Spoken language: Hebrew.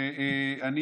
ובזה